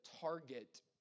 target